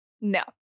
No